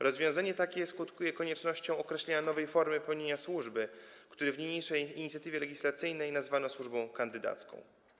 Rozwiązanie takie skutkuje koniecznością określenia nowej formy pełnienia służby, którą w niniejszej inicjatywie legislacyjnej nazwano służbą kandydacką.